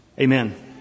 Amen